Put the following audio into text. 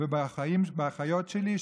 ובאחיות שלי,